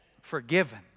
Forgiven